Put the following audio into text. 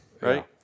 Right